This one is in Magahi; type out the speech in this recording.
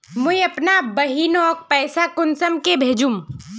मुई अपना बहिनोक पैसा कुंसम के भेजुम?